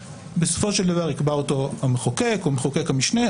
שבסופו של דבר יקבע אותו המחוקק או מחוקק המשנה,